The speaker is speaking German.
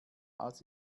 als